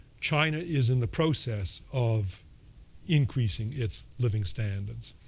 china is in the process of increasing its living standards.